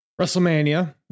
WrestleMania